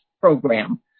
Program